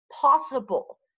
possible